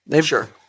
Sure